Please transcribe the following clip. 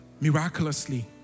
miraculously